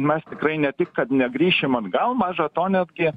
mes tikrai ne tik kad negrįšim atgal maža to netgi